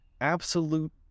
absolute